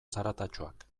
zaratatsuak